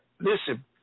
Listen